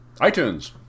iTunes